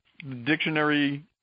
Dictionary